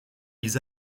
ils